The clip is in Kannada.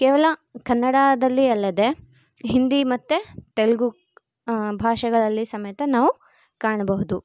ಕೇವಲ ಕನ್ನಡದಲ್ಲಿ ಅಲ್ಲದೆ ಹಿಂದಿ ಮತ್ತು ತೆಲುಗು ಭಾಷೆಗಳಲ್ಲಿ ಸಮೇತ ನಾವು ಕಾಣಬಹುದು